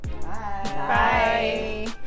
Bye